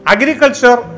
Agriculture